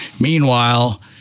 Meanwhile